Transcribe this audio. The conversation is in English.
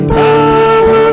power